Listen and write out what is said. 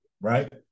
right